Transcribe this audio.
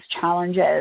challenges